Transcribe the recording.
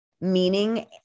meaning